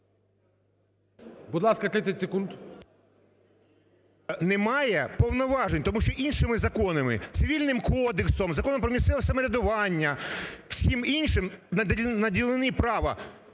МІЩЕНКО С.Г. Немає повноважень, тому що іншими законами, Цивільним кодексом, Законом про місцеве самоврядування, всім іншим наділені права